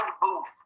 booth